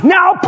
Now